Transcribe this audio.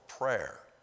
prayer